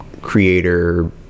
creator